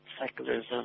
secularism